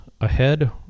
ahead